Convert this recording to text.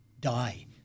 die